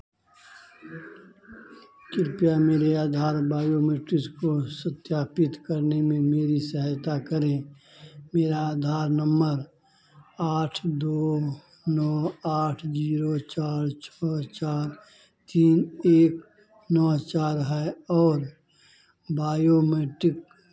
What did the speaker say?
कृपया मेरे आधार बायोमेट्रिक्स को सत्यापित करने में मेरी सहायता करें मेरा आधार नंबर आठ दो नौ आठ ज़ीरो चार छः चार तीन एक नौ चार है और बायोमेट्रिक